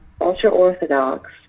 ultra-Orthodox